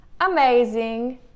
amazing